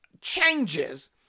changes